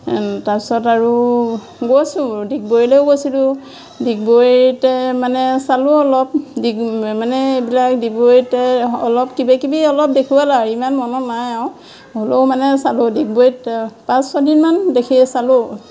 তাৰপিছত আৰু গৈছোঁ ডিগবৈলৈও গৈছিলোঁ ডিগবৈতে মানে চালোঁ অলপ মানে এইবিলাক ডিগবৈতে অলপ কিবা কিবি অলপ দেখুৱালোঁ আৰু ইমান মনত নাই আৰু হ'লেও মানে চালোঁ ডিগবৈত পাঁচ ছদিনমান দেখি চালোঁ